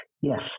Yes